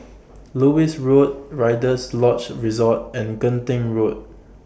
Lewis Road Rider's Lodge Resort and Genting Road